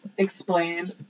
explain